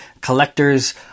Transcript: collectors